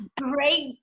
great